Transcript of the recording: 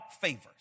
favors